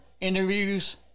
interviews